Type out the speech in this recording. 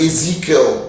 Ezekiel